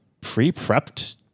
pre-prepped